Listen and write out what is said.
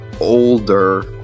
older